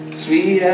sweet